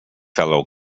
fellow